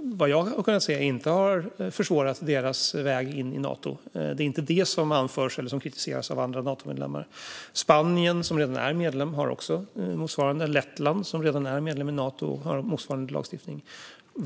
vad jag har kunnat se, inte försvårat deras väg in i Nato. Det är inte något som anförs eller kritiseras av andra Natomedlemmar. Spanien, som redan är medlem, har också motsvarande, och även Lettland, som redan är medlem i Nato, har motsvarande lagstiftning.